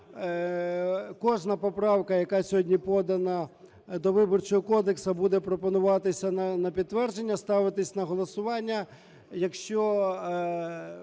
Кожна поправка, яка сьогодні подана до Виборчого кодексу, буде пропонуватися на підтвердження, ставитись на голосування.